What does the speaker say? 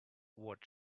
what